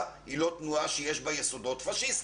היא לא תנועה שיש בה יסודות פשיסטיים.